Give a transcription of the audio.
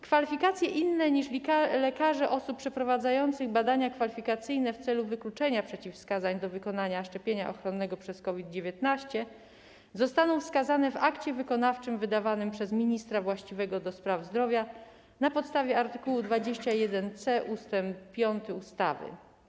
Kwalifikacje innych niż lekarze osób przeprowadzających badania kwalifikacyjne w celu wykluczenia przeciwwskazań do wykonania szczepienia ochronnego przeciw COVID-19 zostaną wskazane w akcie wykonawczym wydawanym przez ministra właściwego do spraw zdrowia na podstawie art. 21c ust. 5 ustawy.